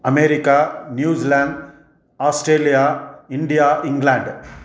America New Zealand Australia India England